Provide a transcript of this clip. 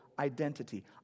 Identity